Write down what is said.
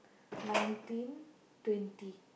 nineteen twenty